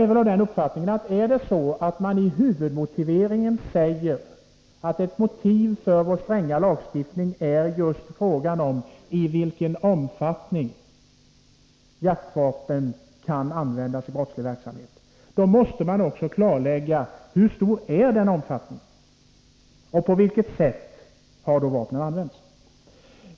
Om ett huvudmotiv med vår stränga lagstiftning är att få en uppfattning om i vilken utsträckning jaktvapen används i brottslig verksamhet, då måste man också klarlägga vilken omfattning detta har och hur vapnen använts.